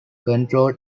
control